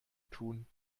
tun